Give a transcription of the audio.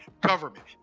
government